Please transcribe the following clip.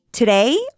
Today